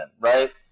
right